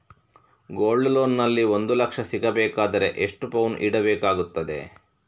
Gold loan ನಲ್ಲಿ ಒಂದು ಲಕ್ಷ ಸಿಗಬೇಕಾದರೆ ಎಷ್ಟು ಪೌನು ಇಡಬೇಕಾಗುತ್ತದೆ?